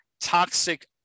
toxic